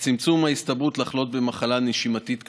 בצמצום ההסתברות לחלות במחלה נשימתית קשה,